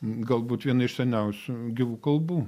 galbūt viena iš seniausių gyvų kalbų